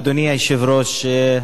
אדוני היושב-ראש,